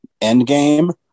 Endgame